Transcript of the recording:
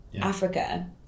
Africa